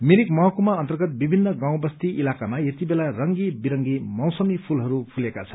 मिरिक महकुमा अन्तर्गत विभित्र गाउँ बस्ती इलाकामा यतिबेला रंगी विरंगी मौलमी फूलहरू फुलेका छन्